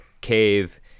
cave